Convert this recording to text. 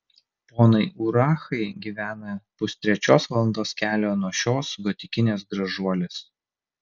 ponai urachai gyvena pustrečios valandos kelio nuo šios gotikinės gražuolės